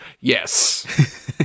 Yes